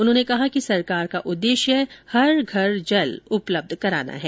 उन्होंने कहा कि सरकार का उद्देश्य हर घर जल उपलब्ध कराना है